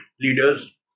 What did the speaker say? leaders